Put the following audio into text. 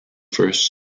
first